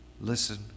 Listen